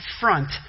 front